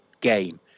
game